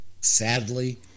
Sadly